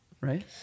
right